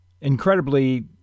Incredibly